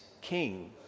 king